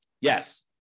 Yes